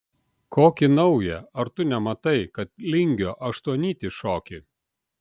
kokį naują ar tu nematai kad lingio aštuonnytį šoki